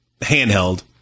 handheld